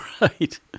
Right